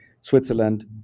Switzerland